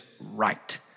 right